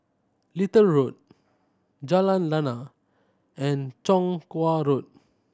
Little Road Jalan Lana and Chong Kuo Road